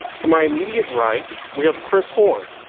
to my immediate right, we have chris horn.